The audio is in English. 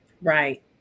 Right